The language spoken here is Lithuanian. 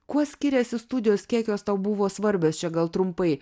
kuo skiriasi studijos kiek jos tau buvo svarbios čia gal trumpai